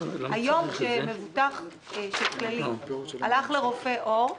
כיום, כאשר מבוטח של כללית הולך לרופא עור,